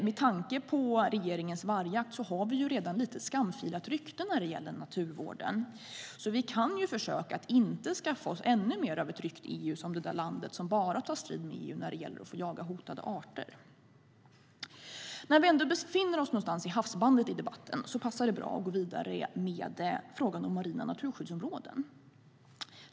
Med tanke på regeringens vargjakt har vi redan ett lite skamfilat rykte när det gäller naturvården, så vi kan ju försöka att inte skaffa oss ännu mer av ett rykte i EU som det där landet som tar strid i EU bara när det gäller att få jaga hotade arter. När vi ändå befinner oss någonstans i havsbandet i debatten passar det bra att gå vidare med frågan om marina naturskyddsområden.